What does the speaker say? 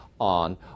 on